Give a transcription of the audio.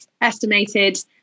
estimated